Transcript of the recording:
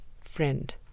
Friend